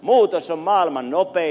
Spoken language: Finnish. muutos on maailman nopein